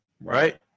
Right